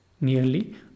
Nearly